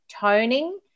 toning